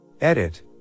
Edit